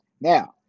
Now